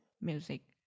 music